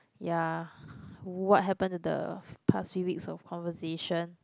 ya what happened to the past few weeks of conversation